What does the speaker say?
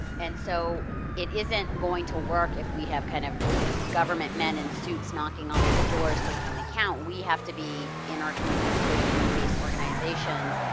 and so, it isn't going to work if we have kind of government men in suits, knocking on these doors, taking the count. we have to be in our communities with community based organizations,